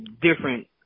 different